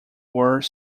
were